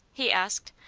he asked,